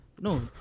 No